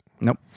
Nope